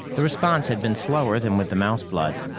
the response had been slower than with the mouse blood,